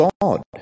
god